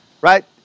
right